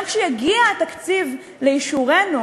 גם כשיגיע התקציב לאישורנו,